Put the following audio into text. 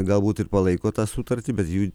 galbūt ir palaiko tą sutartį bet jų